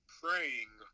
praying